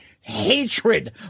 hatred